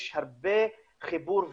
יש הרבה חיבור וזליגה.